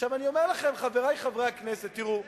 עכשיו אני אומר לכם, חברי חברי הכנסת: תראו,